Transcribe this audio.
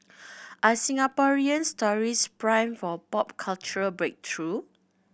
are Singaporean stories primed for a pop cultural breakthrough